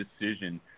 decision